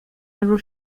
árbol